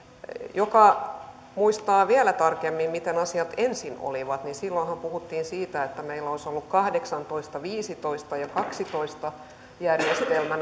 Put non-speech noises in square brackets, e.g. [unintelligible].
kun muistaa vielä tarkemmin miten asiat ensin olivat niin silloinhan puhuttiin siitä että meillä olisi ollut kahdeksantoista viidentoista ja kahdentoista järjestelmä [unintelligible]